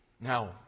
Now